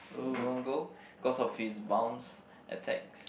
in one go because of his bounce attacks